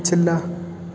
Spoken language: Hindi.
पिछला